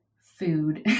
food